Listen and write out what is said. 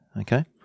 Okay